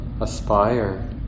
aspire